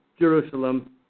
Jerusalem